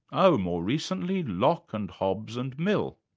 oh, more recently, locke and hobbes and mill.